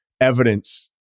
evidence